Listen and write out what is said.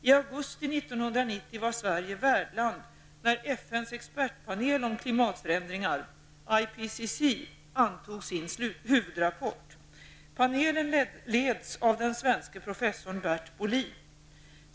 I augusti 1990 var Sverige värdland när FNs expertpanel om klimatförändringar, IPCC, antog sin huvudrapport. Panelen leds av den svenske professorn Bert Bolin.